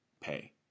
pay